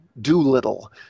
Doolittle